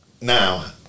now